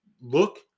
look